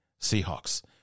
Seahawks